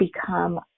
become